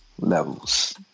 levels